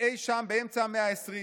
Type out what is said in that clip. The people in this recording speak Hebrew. אי שם באמצע המאה ה-20.